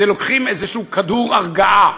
לוקחים איזה כדור הרגעה,